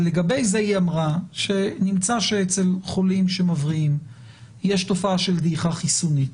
לגבי זה היא אמרה שנמצא שאצל חולים שמבריאים יש תופעה של דעיכה חיסונית,